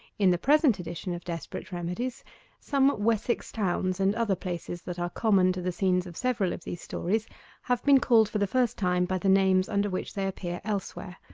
in the present edition of desperate remedies some wessex towns and other places that are common to the scenes of several of these stories have been called for the first time by the names under which they appear elsewhere,